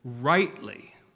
rightly